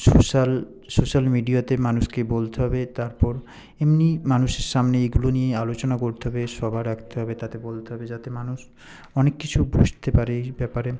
social social মিডিয়াতে মানুষকে বলতে হবে তারপর এমনি মানুষের সামনে এগুলো নিয়েই আলোচনা করতে হবে সভা ডাকতে হবে তাতে বলতে হবে যাতে মানুষ অনেক কিছু বুঝতে পারে এই ব্যাপারে